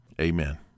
Amen